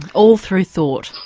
and all through thought.